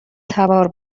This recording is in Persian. تبار